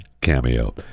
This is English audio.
Cameo